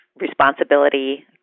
responsibility